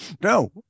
No